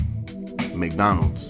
McDonald's